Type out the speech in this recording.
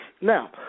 Now